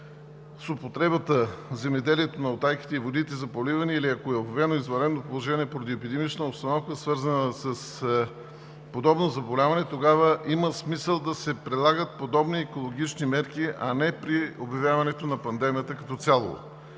с употребата в земеделието на утайките и водите за поливане, или ако е обявено извънредно положение поради епидемична обстановка, свързана с подобно заболяване, тогава има смисъл да се прилагат подобни екологични мерки, а не при обявяването на пандемията като цяло.